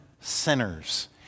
sinners